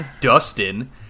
Dustin